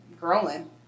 growing